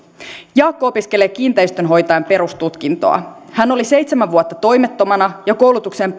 jaakko opiskelee kiinteistönhoitajan perustutkintoa hän oli seitsemän vuotta toimettomana ja koulutukseen